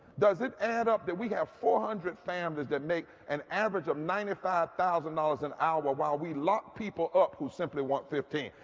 does it add up that we have four hundred familyies that make an average of ninety five thousand dollars an hour while we lock people up who simply want fifteen